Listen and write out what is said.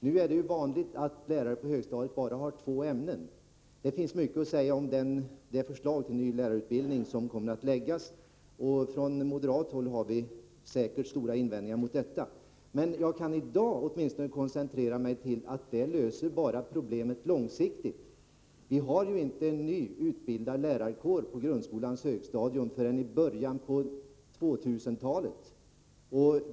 Nu är det ju vanligt att lärare på högstadiet bara har två ämnen. Det finns mycket att säga om det förslag till ny lärarutbildning som kommer att läggas fram. Från moderat håll har vi säkert mycket att invända mot förslaget. I dag kan jag koncentrera mig till att säga att detta löser problemet bara på lång sikt. Vi kommer inte att ha en ny utbildad lärarkår på grundskolans högstadium förrän i början av 2000-talet.